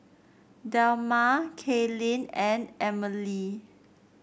Delmar Kaylyn and Emelie